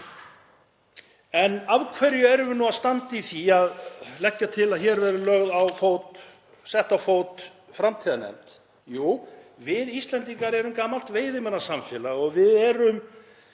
En af hverju erum við að standa í því að leggja til að hér verði sett á fót framtíðarnefnd? Jú, við Íslendingar erum gamalt veiðimannasamfélag og við erum